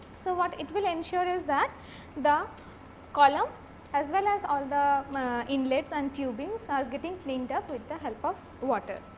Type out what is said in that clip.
so, what it will ensure is that the column as well as all the the inlets and tubings ah are getting cleaned up with the help of water.